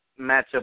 matchup